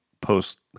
post